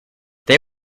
they